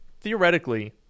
theoretically